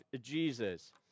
Jesus